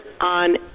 on